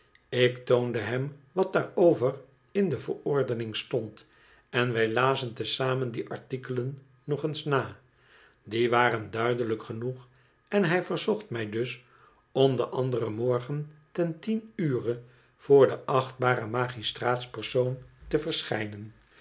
ik toonde hem wat daarover in de verordening stond en wij lazen te zamen die artikelen nog eens na die waren duidelijk genoeg en hij verzocht mij dus om den anderen morgen ten tien ure voor den achtbaren magistraatspersoon te verschijnen